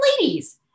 ladies